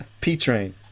P-Train